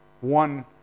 one